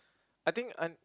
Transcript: I think un~